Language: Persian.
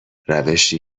روشی